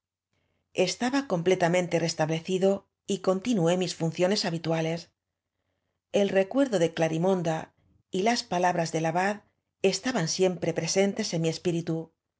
estaba completamente restablecido y conti nué mis funciones habituales el recuerdo de clarimonda y las palabras del abad estaban siempre presentes en mi espíritu